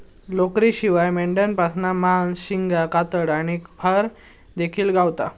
लोकरीशिवाय मेंढ्यांपासना मांस, शिंगा, कातडा आणि फर देखिल गावता